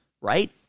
right